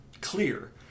clear